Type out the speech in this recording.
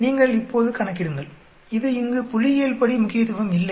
நீங்கள் இப்போது கணக்கிடுங்கள் இது இங்கு புள்ளியியல்படி முக்கியத்துவம் இல்லை